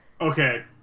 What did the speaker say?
Okay